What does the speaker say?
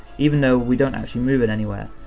even though we don't actually move it anywhere.